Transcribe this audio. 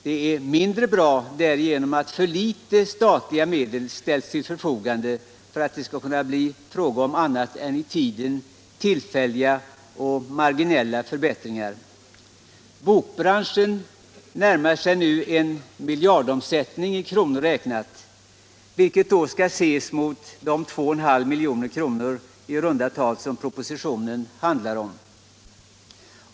Det är mindre bra därigenom att för litet statliga medel ställs till förfogande för att det skall kunna bli fråga om annat än i tiden tillfälliga och marginella förbättringar. Bokbranschen närmar sig nu en miljardomsättning, i kronor räknat, vilket då skall ses mot de 2,5 milj.kr. som propositionen handlar om.